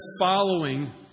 following